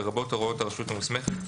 לרבות הוראת הרשות המוסמכת,